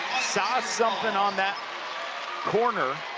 saw something on that corner,